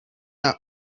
now